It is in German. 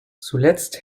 zuletzt